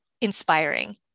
inspiring